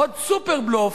עוד סופר-בלוף,